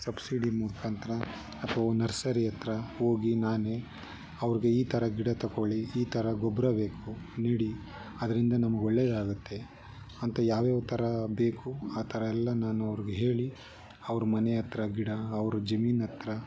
subsidy ಮುಖಾಂತ್ರ ಅಥ್ವಾ nursery ಹತ್ರ ಹೋಗಿ ನಾನೇ ಅವ್ರಿಗೆ ಈ ಥರ ಗಿಡ ತಗೊಳ್ಳಿ ಈ ಥರ ಗೊಬ್ಬರ ಬೇಕು ನೆಡಿ ಅದರಿಂದ ನಮ್ಗೆ ಒಳ್ಳೇದಾಗುತ್ತೆ ಅಂತ ಯಾವ್ಯಾವ ಥರ ಬೇಕು ಆ ಥರ ಎಲ್ಲ ನಾನು ಅವ್ರಿಗೆ ಹೇಳಿ ಅವ್ರ ಮನೆ ಹತ್ರ ಗಿಡ ಅವ್ರ ಜಮೀನು ಹತ್ರ